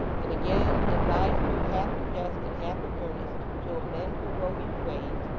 and again advised her half in jest and half in earnest to amend her roguish ways,